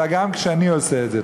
אלא גם כשאני עושה את זה.